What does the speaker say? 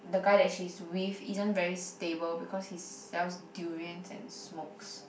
the guy that she's with isn't very stable because he sells durian and smokes